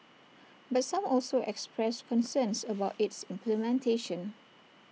but some also expressed concerns about its implementation